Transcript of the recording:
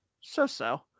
So-so